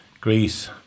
Greece